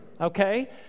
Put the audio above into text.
okay